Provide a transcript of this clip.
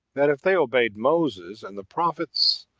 that if they obeyed moses and the prophets,